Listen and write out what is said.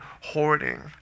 hoarding